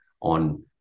on